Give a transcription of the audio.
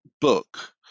book